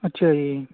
ਅੱਛਾ ਜੀ